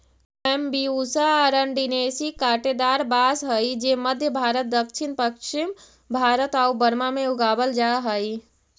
Bambusa अरंडिनेसी काँटेदार बाँस हइ जे मध्म भारत, दक्षिण पश्चिम भारत आउ बर्मा में उगावल जा हइ